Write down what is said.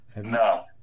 no